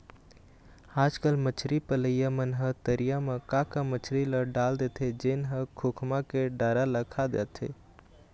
आजकल मछरी पलइया मन ह तरिया म का का मछरी ल डाल देथे जेन ह खोखमा के डारा ल खा जाथे